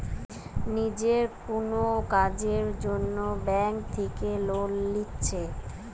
নিজের কুনো কাজের জন্যে ব্যাংক থিকে লোন লিচ্ছে